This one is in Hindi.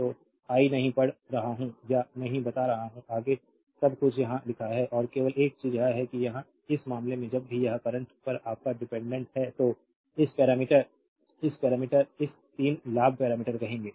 तो आई नहीं पढ़ रहा हूं या नहीं बता रहा हूं आगे सब कुछ यहां लिखा है और केवल एक चीज यह है कि यहां इस मामले में जब भी यह करंट पर आपका डिपेंडेंट है तो इस पैरामीटर इस पैरामीटर इस 3 लाभ पैरामीटर कहेंगे